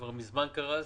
שכבר מזמן קרס.